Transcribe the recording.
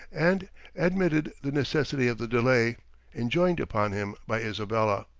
and admitted the necessity of the delay enjoined upon him by isabella.